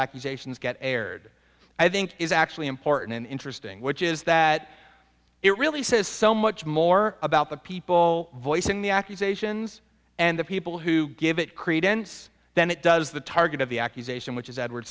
accusations get aired i think is actually important and interesting which is that it really says so much more about the people voicing the accusations and the people who give it credence than it does the target of the accusation which is edward